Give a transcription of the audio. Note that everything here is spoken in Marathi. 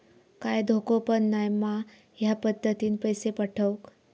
काय धोको पन नाय मा ह्या पद्धतीनं पैसे पाठउक?